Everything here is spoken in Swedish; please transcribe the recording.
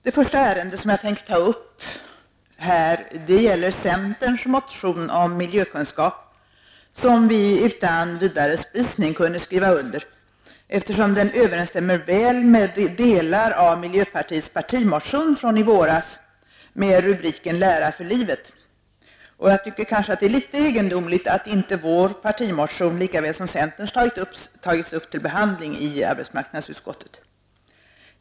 Det första ärende som jag tänker ta upp här gäller centerns motion om miljökunskap, som vi utan vidare spisning kunde skriva under, eftersom den överensstämmer väl med delar av miljöpartiets partimotion från i våras med rubriken Lära för livet. -- Det är litet egendomligt att inte vår partimotion lika väl som centerns tagits upp till behandling i AU.